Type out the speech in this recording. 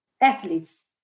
athletes